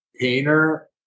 painter